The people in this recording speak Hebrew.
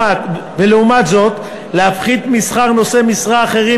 ולעומת זאת להפחית משכר נושאי משרה אחרים,